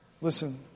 Listen